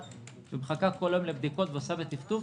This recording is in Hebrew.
שמחכה כל היום לבדיקות ועובדת בטפטוף,